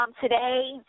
today